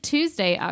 Tuesday